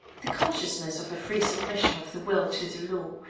the consciousness of a free submission of the will to the law,